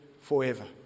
forever